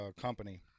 company